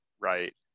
right